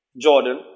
Jordan